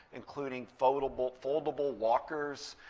including foldable foldable walkers,